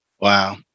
Wow